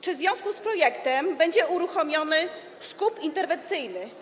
Czy w związku z projektem będzie uruchomiony skup interwencyjny?